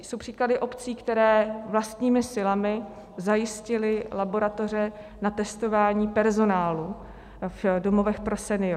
Jsou příklady obcí, které vlastními silami zajistily laboratoře na testování personálu v domovech pro seniory.